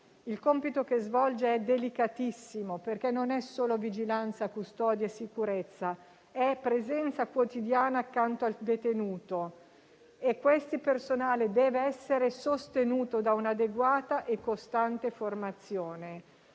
Il compito che svolge è delicatissimo, perché non è solo vigilanza, custodia e sicurezza: è presenza quotidiana accanto al detenuto. Questo personale deve essere sostenuto da un'adeguata e costante formazione.